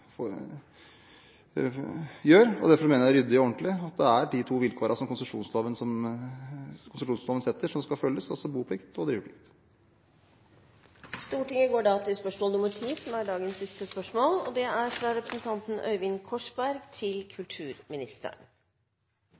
gjør seg skyldig i. Derfor mener jeg det er ryddig og ordentlig at det er de to vilkårene som konsesjonsloven setter, som skal følges – altså boplikt og driveplikt.